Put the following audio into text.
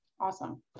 Awesome